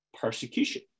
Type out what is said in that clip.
persecution